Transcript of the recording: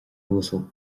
uasal